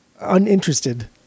uninterested